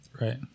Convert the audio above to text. Right